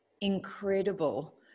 incredible